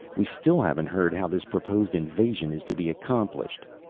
we still haven't heard how this proposed invasion is to be accomplished.